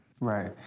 Right